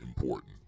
important